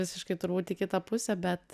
visiškai turbūt į kitą pusę bet